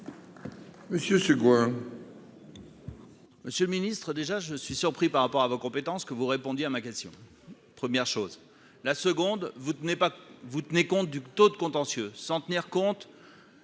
Monsieur le Ministre, déjà, je suis surpris par rapport à vos compétences que vous répondiez à ma question, première chose la seconde vous ne venez pas vous tenez compte du taux de contentieux, sans tenir compte